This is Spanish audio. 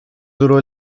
duró